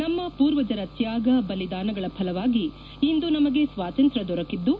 ನಮ್ಮ ಪೂರ್ವಜರ ತ್ಯಾಗ ಬಲಿದಾನಗಳ ಫಲವಾಗಿ ಇಂದು ನಮಗೆ ಸ್ವಾತಂತ್ರ್ಯ ದೊರಕಿದ್ದು